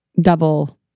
double